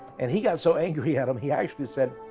and he got so angry at them, he actually said